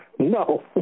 No